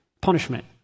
punishment